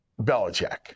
Belichick